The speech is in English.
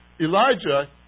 Elijah